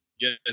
Yes